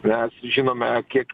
mes žinome kiek